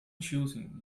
choosing